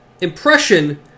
impression